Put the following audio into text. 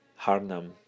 Harnam